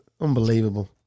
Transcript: unbelievable